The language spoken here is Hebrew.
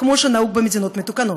כמו שנהוג במדינות מתוקנות.